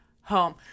home